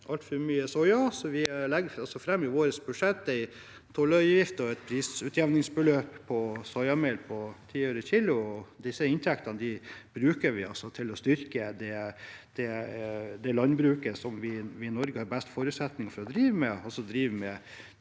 altfor mye soya, så vi legger i vårt budsjett fram en tollavgift og et prisutjevningsbeløp på soyamel på 10 øre/kg. Disse inntektene bruker vi til å styrke det landbruket som vi i Norge har best forutsetninger for å drive med,